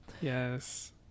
Yes